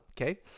okay